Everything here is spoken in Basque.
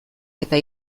eta